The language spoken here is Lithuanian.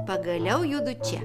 pagaliau judu čia